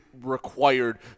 required